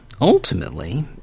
ultimately